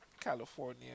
California